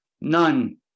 none